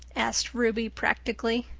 asked ruby practically.